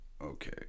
Okay